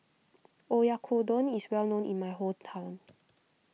Oyakodon is well known in my hometown